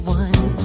one